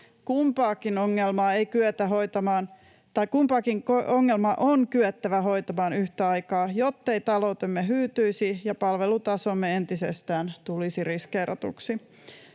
Kumpaakin ongelmaa on kyettävä hoitamaan yhtä aikaa, jottei taloutemme hyytyisi ja palvelutasomme entisestään tulisi riskeeratuksi.